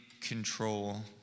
control